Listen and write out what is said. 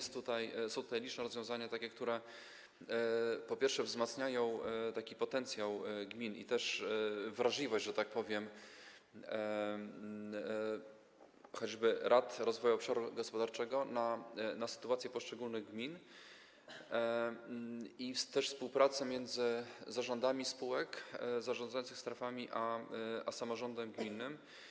Są tutaj liczne rozwiązania, które, po pierwsze, wzmacniają potencjał gmin i wrażliwość, że tak powiem, choćby rad rozwoju obszaru gospodarczego na sytuację poszczególnych gmin, a także współpracę między zarządami spółek zarządzających strefami a samorządem gminnym.